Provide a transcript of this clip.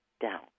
down